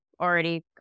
already